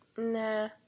Nah